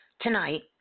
tonight